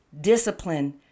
discipline